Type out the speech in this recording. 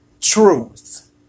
truth